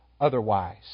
otherwise